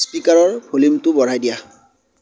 স্পীকাৰৰ ভলিউমটো বঢ়াই দিয়া